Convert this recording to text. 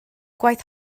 gwaith